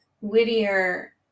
Whittier